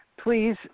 please